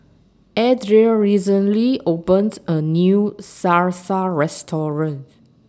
Adria recently opened A New Salsa Restaurant